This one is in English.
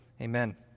Amen